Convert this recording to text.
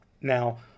Now